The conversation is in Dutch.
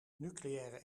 nucleaire